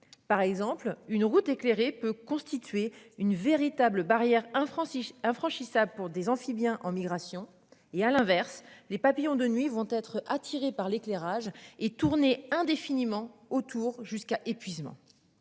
Par exemple une route éclairée peut constituer une véritable barrière hein Francis infranchissable pour des amphibiens aux migrations et à l'inverse les papillons de nuit vont être attirés par l'éclairage et tourner indéfiniment autour jusqu'à épuisement.